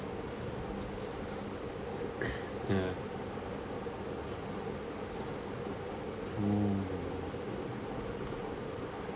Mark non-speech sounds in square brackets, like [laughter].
[coughs] ya mm